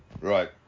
Right